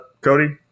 Cody